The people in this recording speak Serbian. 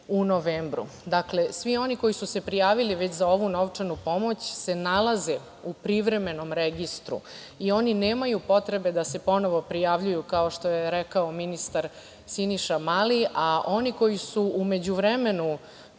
u novembru. Dakle, svi oni koji su se prijavili već za ovu novčanu pomoć se nalaze u privremenom registru i oni nemaju potrebe da se ponovo prijavljuju, kao što je rekao ministar Siniša Mali, a oni koji su u međuvremenu